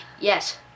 yes